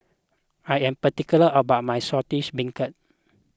I am particular about my Saltish Beancurd